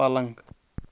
پلنٛگ